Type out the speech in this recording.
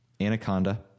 Anaconda